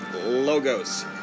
Logos